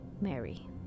Mary